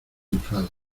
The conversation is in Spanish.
enfada